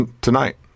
tonight